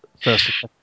first